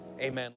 amen